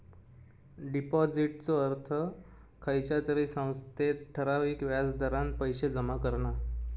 डिपाॅजिटचो अर्थ खयच्या तरी संस्थेत ठराविक व्याज दरान पैशे जमा करणा